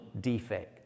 defect